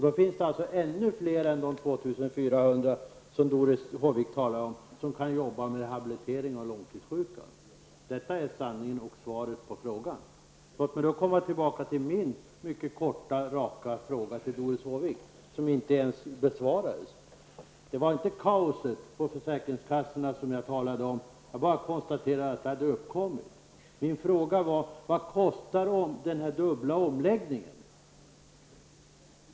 Det finns då alltså ännu fler än de 2 400 som Doris Håvik talar om som kan arbeta med rehabilitering av långtidssjuka. Detta är sanningen och svaret på frågan. Låt mig så komma tillbaka till min mycket korta och raka fråga till Doris Håvik, som inte ens besvarades. Det var inte kaoset på försäkringskassorna som jag talade om. Jag bara konstaterade att det hade uppkommit. Min fråga var: Vad kostar den dubbla omläggningen?